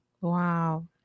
Wow